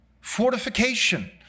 fortification